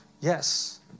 yes